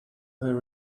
her